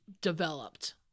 developed